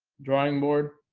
drawing board